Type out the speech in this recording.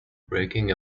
breaking